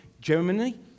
Germany